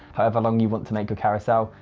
however long you want to make a carousel,